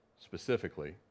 specifically